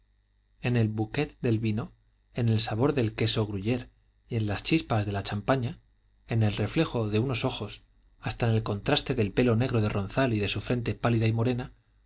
en el bouquet del vino en el sabor del queso gruyer y en las chispas de la champaña en el reflejo de unos ojos hasta en el contraste del pelo negro de ronzal y su frente pálida y morena